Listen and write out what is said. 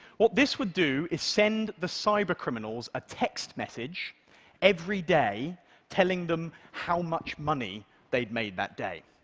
what this would do is send the cybercriminals a text message every day telling them how much money they'd made that day,